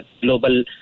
global